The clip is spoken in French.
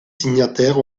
signataires